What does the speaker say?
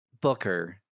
booker